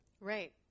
right